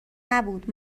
نبود